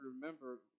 remember